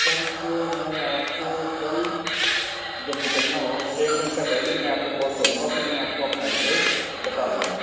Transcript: سر تو میں آپ کو کل جب نکلنا ہوگا اس سے ایک گھنٹہ پہلے میں آپ کو کال کروں گا پھر میں آپ کو اپنا ایڈریس بتا دوں گا